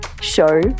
show